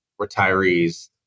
retirees